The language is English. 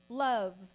Love